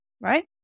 right